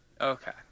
Okay